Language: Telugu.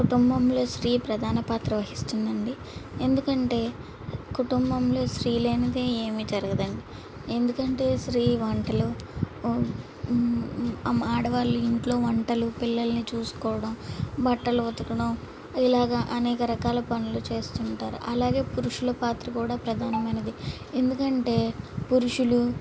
కుటుంబంలో స్త్రీ ప్రధాన పాత్ర వహిస్తుందండి ఎందుకంటే కుటుంబంలో స్త్రీ లేనిదే ఏమి జరగదండి ఎందుకంటే స్త్రీ వంటలు ఆడవాళ్ళు ఇంట్లో వంటలు పిల్లల్ని చూసుకోవడం బట్టలు ఉతకడం ఇలాగ అనేక రకాల పనులు చేస్తుంటారు అలాగే పురుషుల పాత్ర కూడా ప్రధానమైనది ఎందుకంటే పురుషులు